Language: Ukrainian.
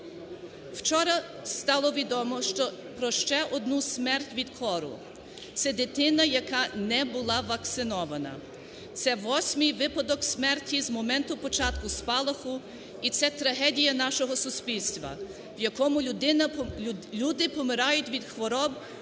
Вчора стало відомо, що про ще одну смерть від кору це дитина, яка не була вакцинована, це восьмий випадок смерті з моменту спочатку спалаху і це трагедія нашого суспільства, в якому люди помирають від хвороб,